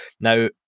Now